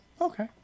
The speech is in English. Okay